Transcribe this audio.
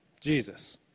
Jesus